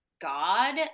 god